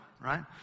Right